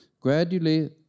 Gradually